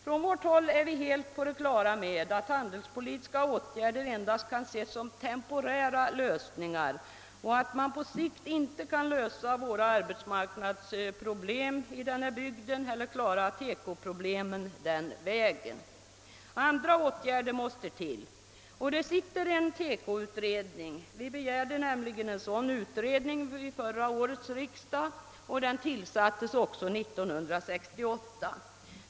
På vårt håll är vi 'på det klara med att handelspolitiska åtgärder endast kan ses som temporära lösningar och att man på sikt inte kan lösa våra arbetsmarknadsproblem i bygden eller klara TEKO-problemen på den vägen. Andra åtgärder måste till. Det sitter också en TEKO-utredning — vi begärde nämligen en sådan utredning vid förra årets riksdag och den tillsattes också 1968.